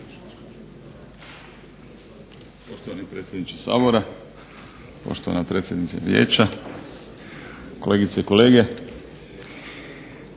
Poštovani predsjedniče Sabora, poštovana predsjednice vijeća, kolegice i kolege.